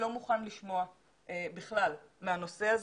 לא מוכן לשמוע בכלל מהנושא הזה.